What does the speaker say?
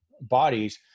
bodies